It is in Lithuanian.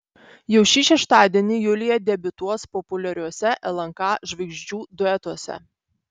jau šį šeštadienį julija debiutuos populiariuose lnk žvaigždžių duetuose